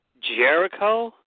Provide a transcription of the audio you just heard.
Jericho